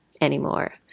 anymore